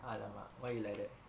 !alamak! why you like that